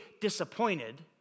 disappointed